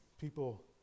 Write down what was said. people